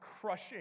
crushing